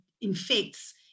infects